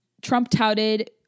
Trump-touted